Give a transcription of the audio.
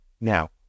Now